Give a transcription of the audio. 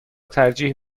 ترجیح